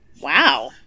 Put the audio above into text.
Wow